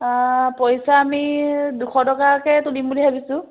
পইচা আমি দুশ টকাকে তুলিম বুলি ভাবিছোঁ